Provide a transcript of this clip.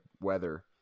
weather